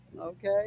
Okay